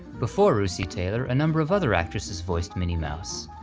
before russi taylor, a number of other actresses voiced minnie mouse.